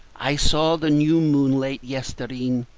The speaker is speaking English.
i saw the new moon, late yestreen,